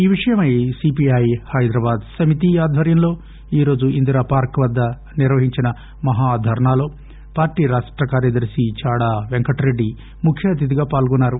ఈ విషయమై సీపీఐ హైదరాబాద్ సమితి ఆధ్వర్యంలో ఈరోజు ఇందిరాపార్కు వద్ద నిర్వహించిన మహాధర్నాలో పార్టీ రాష్ట కార్యదర్శి చాడా పెంకటరెడ్డి ముఖ్య అతిథిగా పాల్గొన్నారు